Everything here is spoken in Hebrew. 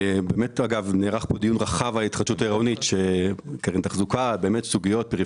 נערך פה דיון רחב על ההתחדשות העירונית שכלל גם התייחסות לתחזוקה ועוד.